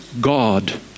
God